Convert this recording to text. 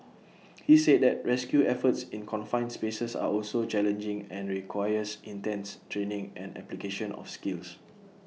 he said that rescue efforts in confined spaces are also challenging and requires intense training and application of skills